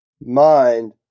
mind